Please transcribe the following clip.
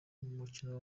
mukino